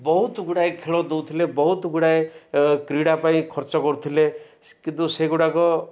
ବହୁତ ଗୁଡ଼ାଏ ଖେଳ ଦଉଥିଲେ ବହୁତ ଗୁଡ଼ାଏ କ୍ରୀଡ଼ା ପାଇଁ ଖର୍ଚ୍ଚ କରୁଥିଲେ କିନ୍ତୁ ସେଗୁଡ଼ାକ